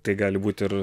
tai gali būti ir